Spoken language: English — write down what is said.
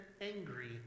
angry